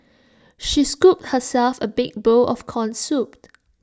she scooped herself A big bowl of Corn Soup